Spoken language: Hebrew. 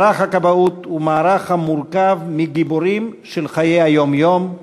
מערך הכבאות הוא מערך המורכב מגיבורים של חיי היום-יום,